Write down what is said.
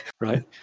right